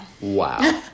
Wow